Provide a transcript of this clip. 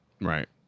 Right